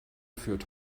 führt